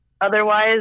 otherwise